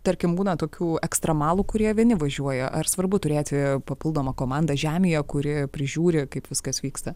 tarkim būna tokių ekstremalų kurie vieni važiuoja ar svarbu turėti papildomą komandą žemėje kuri prižiūri kaip viskas vyksta